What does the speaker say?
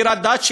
ביר-הדאג',